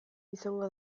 izango